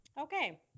Okay